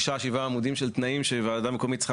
שישה-שבעה עמודים של תנאים שוועדה מקומית צריכה